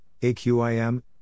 AQIM